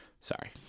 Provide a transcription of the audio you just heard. sorry